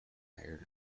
airlines